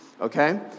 Okay